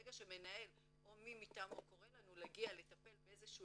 ברגע שמנהל או מי מטעמו קורא לנו להגיע לטפל באיזה שהוא